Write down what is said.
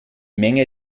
menge